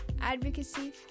advocacy